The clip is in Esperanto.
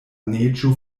neĝo